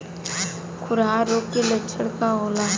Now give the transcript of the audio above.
खुरहा रोग के लक्षण का होला?